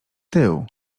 tył